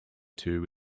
two